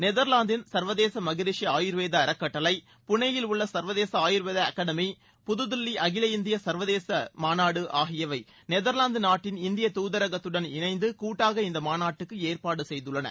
நெதர்லாந்தின் சர்வதேச மகரிஷி ஆயுர்வேத அறக்கட்டளை புனேயில் உள்ள சர்வதேச ஆயுர்வேத அகடமி புதுதில்லி அகில இந்திய ஆயுர்வேத மாநாடு ஆகியவை நெதர்வாந்து நாட்டின் இந்திய தூதரகத்துடன் இணைந்து கூட்டாக இந்த மாநாட்டுக்கு ஏற்பாடு செய்துள்ளன